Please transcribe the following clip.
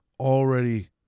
already